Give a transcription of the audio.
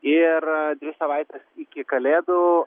ir dvi savaites iki kalėdų